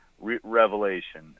Revelation